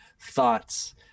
thoughts